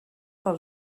per